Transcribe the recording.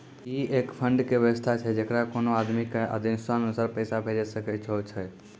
ई एक फंड के वयवस्था छै जैकरा कोनो आदमी के आदेशानुसार पैसा भेजै सकै छौ छै?